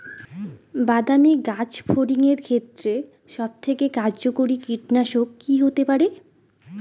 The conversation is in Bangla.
বাদামী গাছফড়িঙের ক্ষেত্রে সবথেকে কার্যকরী কীটনাশক কি হতে পারে?